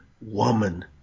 woman